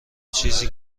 چیزی